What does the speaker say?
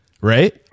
right